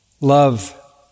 love